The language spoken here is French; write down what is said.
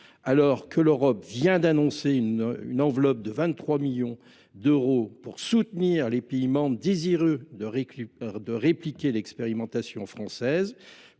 Alors que l’Europe vient d’annoncer une enveloppe de 23 millions d’euros pour soutenir les pays membres désireux de répliquer l’expérimentation française,